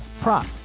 prop